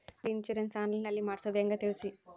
ಗಾಡಿ insurance online ನಲ್ಲಿ ಮಾಡ್ಸೋದು ಹೆಂಗ ತಿಳಿಸಿ?